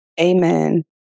Amen